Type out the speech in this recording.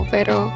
Pero